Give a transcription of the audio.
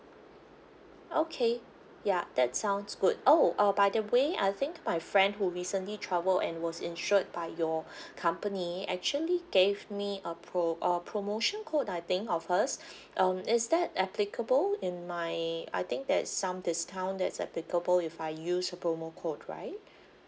okay ya that sounds good oh uh by the way I think my friend who recently travel and was insured by your company actually gave me a pro~ uh promotion code I think of hers um is that applicable in my I think that some discount that's applicable if I use the promo code right